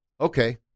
Okay